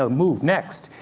ah move! next!